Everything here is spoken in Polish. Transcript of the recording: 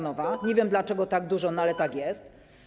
Nie wiem, dlaczego tak dużo, ale tak jest.